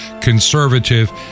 conservative